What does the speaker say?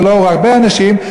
ועוד הרבה אנשים,